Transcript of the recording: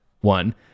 one